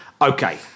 Okay